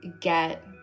get